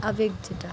আবেগ যেটা